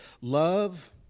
love